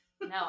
No